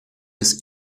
des